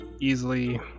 Easily